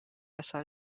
besser